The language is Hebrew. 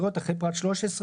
החוק),